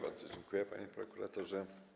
Bardzo dziękuję, panie prokuratorze.